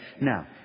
Now